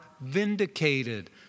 vindicated